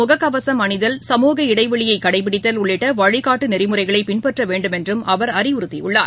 முகக்கவசம் அணிதல் சமுக இடங்களில் இடைவெளியைகடைபிடித்தல் பொது உள்ளிட்டவழிகாட்டுநெறிமுறைகளைபின்பற்றவேண்டும் என்றம் அவர் அறிவுறுத்தியுள்ளார்